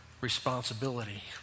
responsibility